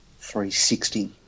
360